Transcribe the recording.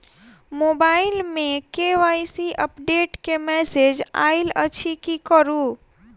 Mobile मे KYC update केँ message आइल अछि की करू?